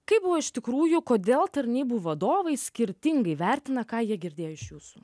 kaip buvo iš tikrųjų kodėl tarnybų vadovai skirtingai vertina ką jie girdėjo iš jūsų